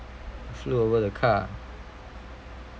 flew over the car